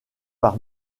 par